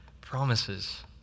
promises